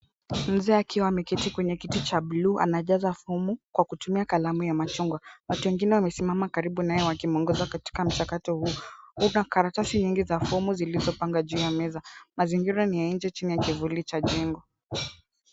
Mzee akiwa ameketi kwenye kiti cha buluu, anajaza fomu kwa kutumia kalamu ya machungwa. Watu wemgine wamesimama karibu naye wakimwongoza katika mchakato huu. Kuna karatasi nyingi za fomu zilizopangwa juu ya meza. Mazingira ni ya nje chini ya kivuli cha jengo.